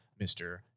mr